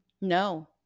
No